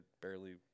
barely